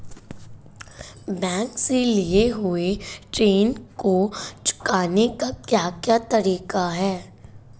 Bank से लिए हुए ऋण को चुकाने के क्या क्या तरीके हैं?